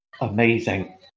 amazing